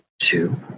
Two